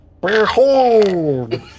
Behold